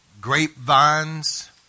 grapevines